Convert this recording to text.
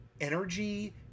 energy